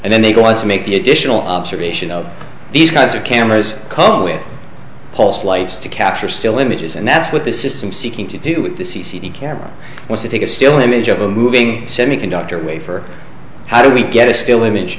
and then they go us make the additional observation of these guys or cameras come with a pulse lights to capture still images and that's what the system seeking to do with the c c d camera was to take a still image of a moving semiconductor wafer how do we get a still image